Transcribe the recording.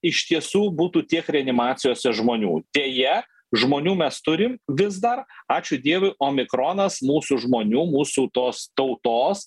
iš tiesų būtų tiek reanimacijose žmonių deja žmonių mes turim vis dar ačiū dievui omikronas mūsų žmonių mūsų tos tautos